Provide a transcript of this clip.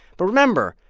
but remember,